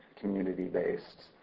community-based